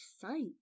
sight